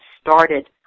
started